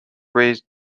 raised